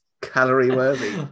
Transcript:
Calorie-worthy